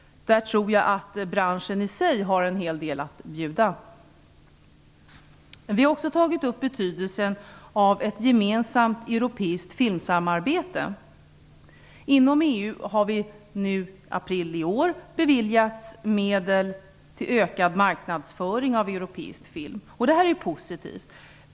Där tror jag att branschen i sig har en hel del att bjuda. Vi har också tagit upp betydelsen av ett gemensamt europeiskt filmsamarbete. Inom EU har vi i april i år beviljats medel till ökad marknadsföring av europeisk film. Det är ju positivt.